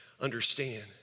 understand